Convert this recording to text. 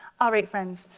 all right friends,